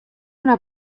una